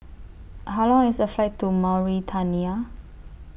How Long IS The Flight to Mauritania